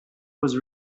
was